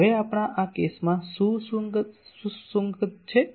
હવે આ આપણા કેસમાં શું સુસંગત છે